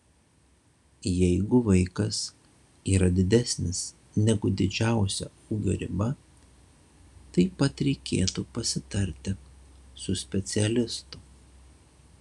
jeigu vaikas yra didesnis negu didžiausia ūgio riba taip pat reikėtų pasitarti su specialistu